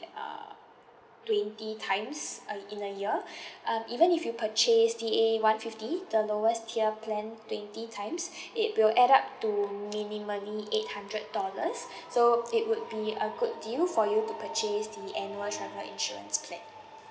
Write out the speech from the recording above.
uh twenty times uh in a year um even if you purchase D A one fifty the lowest tier plan twenty times it will add up to minimally eight hundred dollars so it would be a good deal for you to purchase the annual travel insurance plan